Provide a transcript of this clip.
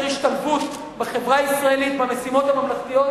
השתלבות בחברה הישראלית במשימות הממלכתיות,